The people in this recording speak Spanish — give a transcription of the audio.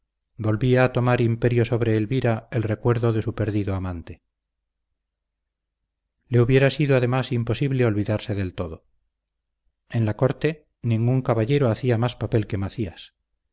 volvía a tomar imperio sobre elvira el recuerdo de su perdido amante le hubiera sido además imposible olvidarle del todo en la corte ningún caballero hacía más papel que macías